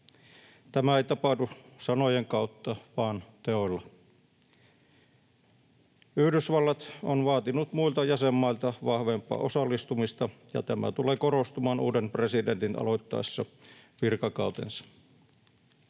Tämä ei tapahdu sanojen kautta vaan teoilla. Yhdysvallat on vaatinut muilta jäsenmailta vahvempaa osallistumista, ja tämä tulee korostumaan uuden presidentin aloittaessa virkakautensa.